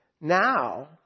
now